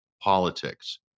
politics